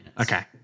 Okay